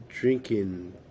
drinking